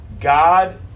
God